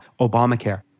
Obamacare